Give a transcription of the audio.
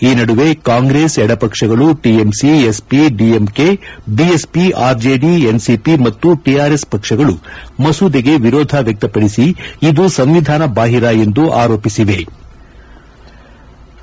ಈ ನಡುವೆ ಕಾಂಗ್ರೆಸ್ ಎಡಪಕ್ಷಗಳು TMC SP DMK BSP RJD NCP ಮತ್ತು ಟಿಆರ್ಎಸ್ ಪಕ್ಷಗಳು ಮಸೂದೆಗೆ ವಿರೋಧ ವ್ಲಕ್ತಪಡಿಸಿ ಇದು ಸಂವಿಧಾನ ಬಾಹಿರ ಎಂದು ಆರೋಪಿಸಿದವು